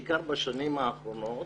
בעיקר בשנים האחרונות,